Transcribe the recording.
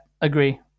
agree